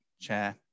chair